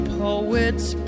poets